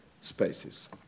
spaces